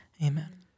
Amen